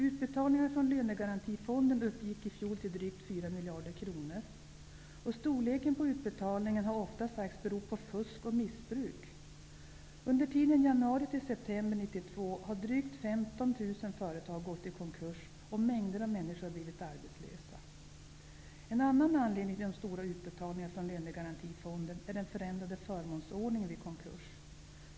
Utbetalningarna från Lönegarantifonden uppgick i fjol till drygt 4 miljarder kronor. De stora utbetalningarna har ofta sagts bero på fusk och missbruk. Under tiden januari--september 1992 har drygt 15 000 företag gått i konkurs, och mängder av människor har blivit arbetslösa. En annan anledning till de stora utbetalningarna från Lönegarantifonden är den förändrade förmånsordningen vid konkurs.